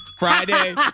Friday